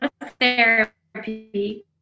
therapy